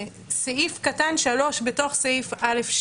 סעיף קטן (3) בסעיף קטן (א2),